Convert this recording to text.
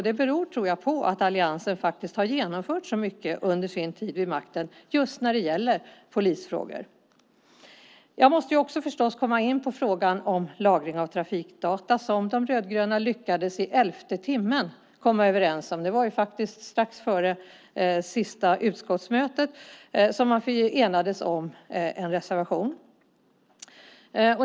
Jag tror att det beror på att alliansen har genomfört så mycket under sin tid vid makten när det gäller polisfrågor. Jag måste också komma in på frågan om lagring av trafikdata. De rödgröna lyckades i elfte timmen komma överens. Det var strax före sista utskottsmötet som man enades om en reservation.